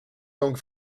langues